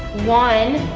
one.